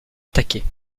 attaquée